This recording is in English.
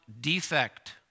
defect